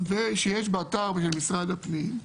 ושיש באתר של משרד הפנים,